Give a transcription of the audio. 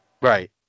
Right